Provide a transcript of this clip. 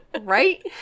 Right